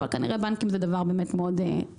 אבל כנראה בנקים זה דבר מאוד חשוב.